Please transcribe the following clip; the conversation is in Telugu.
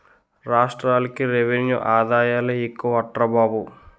రాష్ట్రాలకి రెవెన్యూ ఆదాయాలే ఎక్కువట్రా బాబు